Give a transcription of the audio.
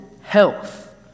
health